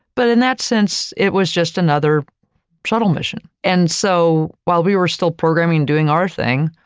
but in that sense, it was just another shuttle mission. and so, while we were still programming, doing our thing,